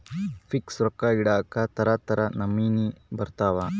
fix ರೊಕ್ಕ ಇಡಾಕ ತರ ತರ ನಮೂನಿ ಬರತವ